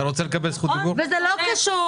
לכן זה לא קשור